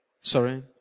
Sorry